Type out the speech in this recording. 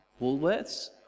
Woolworths